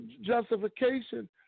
justification